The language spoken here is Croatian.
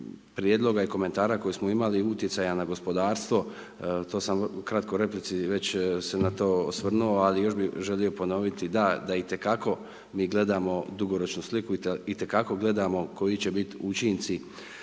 prijedloga i komentara koji smo imali utjecaja na gospodarstvo, to sam kratko u replici već se na to osvrnuo, ali još bi želio ponoviti, da itekako mi gledamo dugoročnu sliku, itekako gledamo koji će biti učinci